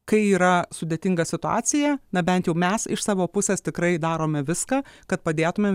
kai yra sudėtinga situacija na bent jau mes iš savo pusės tikrai darome viską kad padėtumėm